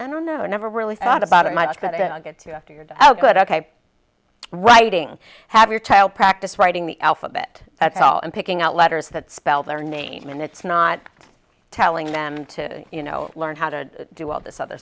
i don't know never really thought about it much but i get to after your doubt good ok writing have your child practice writing the alphabet at all and picking out letters that spell their name and it's not telling them to you know learn how to do all this other